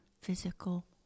physical